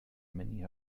many